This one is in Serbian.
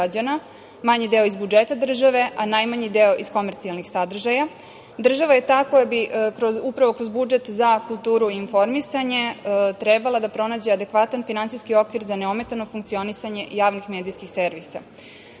manji deo iz budžeta države, a najmanji deo iz komercijalnih sadržaja. Država je ta koja bi upravo kroz budžet za kulturu i informisanje trebala da pronađe adekvatan finansijski okvir za neometano funkcionisanje javnih medijskih servisa. Svakako